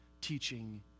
teaching